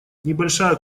небольшая